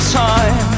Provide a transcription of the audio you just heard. time